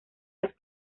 las